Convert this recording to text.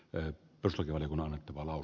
en tosin jonkun on valo